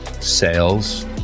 sales